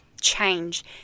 change